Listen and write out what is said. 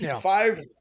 five